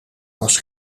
was